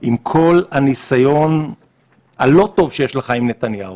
עם כל הניסיון הלא טוב שיש לך עם נתניהו,